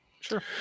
sure